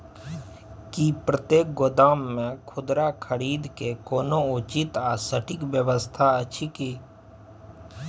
की प्रतेक गोदाम मे खुदरा खरीद के कोनो उचित आ सटिक व्यवस्था अछि की?